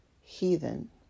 heathen